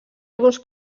alguns